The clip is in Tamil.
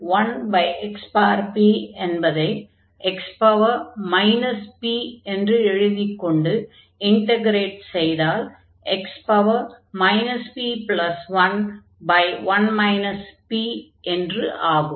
1xpஎன்பதை x p என்று எழுதிக் கொண்டு இன்டக்ரேட் செய்தால் x p11 p என்று ஆகும்